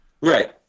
Right